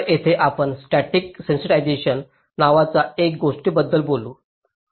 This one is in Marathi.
तर येथे आपण स्टॅटिक सेंसिटिझशन नावाच्या एका गोष्टीबद्दल बोलू